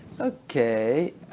Okay